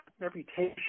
reputation